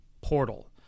portal